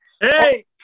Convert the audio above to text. hey